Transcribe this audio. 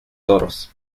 toros